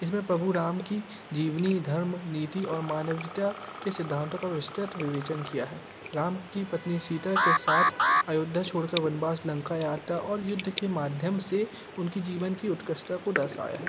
इसमें प्रभु राम की जीवनी धर्म नीति और मानवता के सिद्धांतों का विस्तृत विवेचन किया है राम की पत्नी सीता के साथ अयोध्या छोड़ कर वनवास लंका यात्रा और युद्ध के माध्यम से उनके जीवन की उत्कृष्टा को दर्शाया है